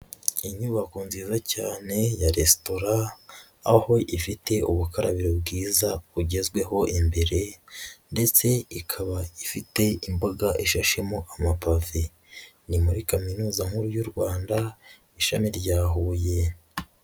Inyubako nziza cyane ya resitora, aho ifite ubukarabiro bwiza bugezweho imbere ndetse ikaba ifite imbuga ishashemo amapave, ni muri kaminuza nkuru y'u Rwanda, ishami rya Huye.